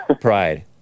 pride